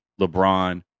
LeBron